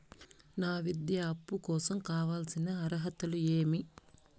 నాకు విద్యా అప్పు కోసం కావాల్సిన అర్హతలు ఏమి?